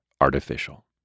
artificial